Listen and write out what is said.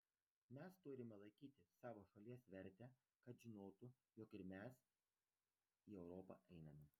mes turime laikyti savo šalies vertę kad žinotų jog ir mes į europą einame